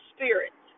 Spirit